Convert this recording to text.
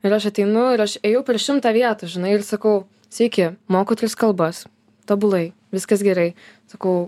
ir aš ateinu ir aš ėjau per šimtą vietų žinai ir sakau sveiki moku tris kalbas tobulai viskas gerai sakau